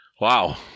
Wow